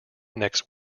next